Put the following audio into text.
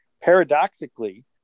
paradoxically